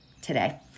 today